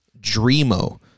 Dreamo